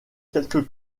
quelques